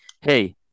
Hey